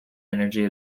energy